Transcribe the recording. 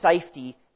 safety